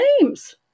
names